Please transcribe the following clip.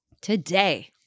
Today